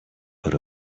out